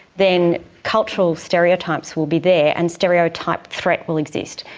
then cultural stereotypes will be there and stereotype threat will exist.